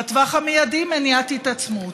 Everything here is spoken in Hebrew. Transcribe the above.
ובטווח המיידי, מניעת התעצמות.